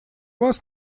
вас